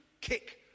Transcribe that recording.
kick